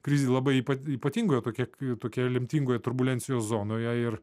krizė labai ypa ypatingoje tokia tokioje lemtingoje turbulencijos zonoje ir